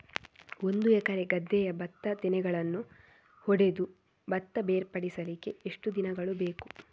ಒಂದು ಎಕರೆ ಗದ್ದೆಯ ಭತ್ತದ ತೆನೆಗಳನ್ನು ಹೊಡೆದು ಭತ್ತ ಬೇರ್ಪಡಿಸಲಿಕ್ಕೆ ಎಷ್ಟು ದಿನಗಳು ಬೇಕು?